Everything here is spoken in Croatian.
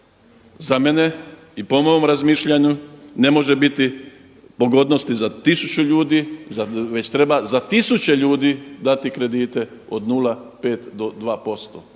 Za mene i po mom razmišljanju ne može biti pogodnosti za 1000 ljudi već treba za tisuće ljudi dati kredite od 0,5 do 2%